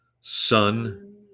son